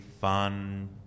fun